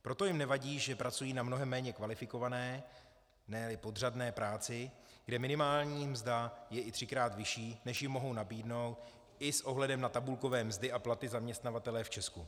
Proto jim nevadí, že pracují na mnohem méně kvalifikované, neli podřadné práci, kde minimální mzda je i třikrát vyšší, než jim mohou nabídnout i s ohledem na tabulkové mzdy a platy zaměstnavatelé v Česku.